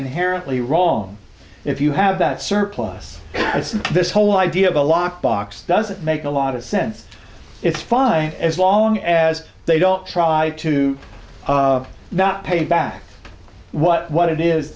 inherently wrong if you have that surplus as this whole idea of a lockbox doesn't make a lot of sense it's fine as long as they don't try to not pay back what what it is